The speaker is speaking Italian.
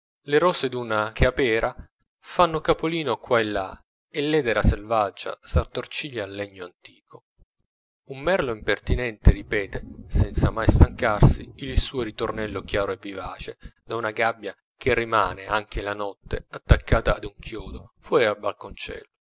le rose d'una capera fanno capolino qua e là e l'edera selvaggia s'attorciglia al legno antico un merlo impertinente ripete senza mai stancarsi il suo ritornello chiaro e vivace da una gabbia che rimane anche la notte attaccata ad un chiodo fuori al